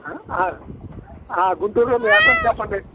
గుంటూరులో మీ అడ్రస్ చెప్పండి